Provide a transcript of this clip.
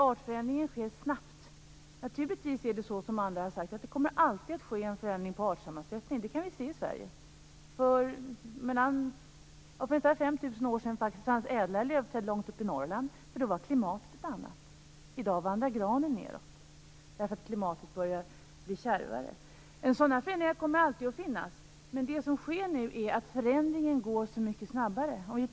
Det är naturligtvis så som andra har sagt att det alltid kommer att ske en förändring av artsammansättningen. Det kan vi se i Sverige. För ungefär 5 000 år sedan fanns ädla lövträd långt upp i Norrland. Då var klimatet ett annat. I dag vandrar granen nedåt därför att klimatet börjar bli kärvare. Sådana förändringar kommer alltid att finnas. Men nu går förändringen så mycket snabbare.